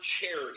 charity